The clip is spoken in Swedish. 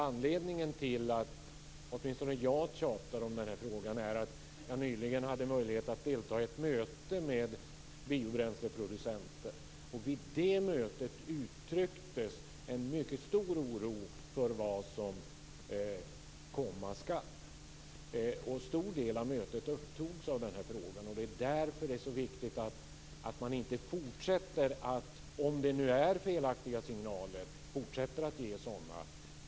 Anledningen till att åtminstone jag tragglar med den frågan är att jag nyligen hade tillfälle att delta i ett möte med biobränsleproducenter där det uttrycktes en mycket stor oro för vad som komma skall. En stor del av mötet upptogs av den här frågan. Det är viktigt att man inte fortsätter att ge felaktiga signaler, om sådana har givits.